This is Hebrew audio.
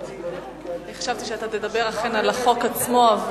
חשבתי שתדבר על החוק עצמו.